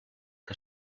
que